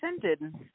presented